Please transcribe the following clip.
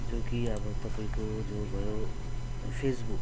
जो कि अब तपाईँको जो भयो फेस बुक